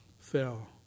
fell